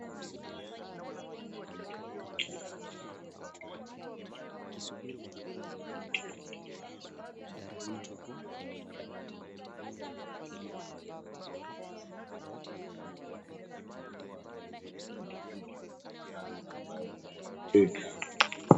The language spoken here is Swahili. Hazina ya gari na pikipiki ambayo wateja wanachukua wakiwa wana pikipiki lao ili wakipata changamoto ya ajali wanaeza pewa pesa ya kuweza kununua pikipiki mpya ambayo iliharibika.